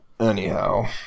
Anyhow